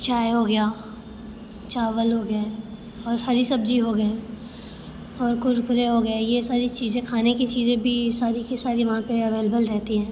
चाय हो गया चावल हो गए और हरी सब्ज़ी हो गई और कुरकुरे हो गए ये सारी चीज़ें खाने की चीज़ें भी सारी की सारी वहाँ पर अवेलबल रहती हैं